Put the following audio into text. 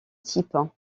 type